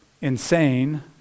insane